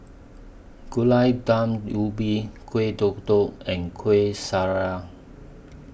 Gulai Daun Ubi Kueh Kodok and Kuih Syara